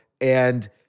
and-